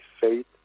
faith